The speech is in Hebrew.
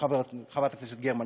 חברת הכנסת גרמן,